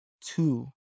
two